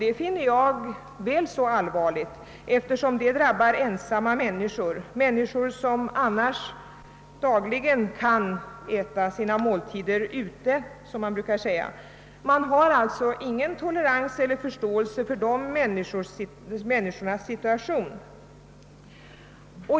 Detta finner jag mera allvarligt, eftersom det drabbar ensamma människor som dagligen brukar äta sina måltider ute. Man visar ingen tolerans eller förståelse när det gäller dessa människors situation.